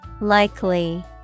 Likely